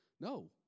No